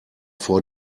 vor